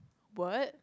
word